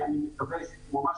ואני מקווה ---,